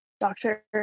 Doctor